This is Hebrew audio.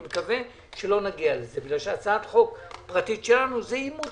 אני מקווה שלא נגיע לזה כי הצעת חוק פרטית שלנו זה עימות